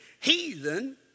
heathen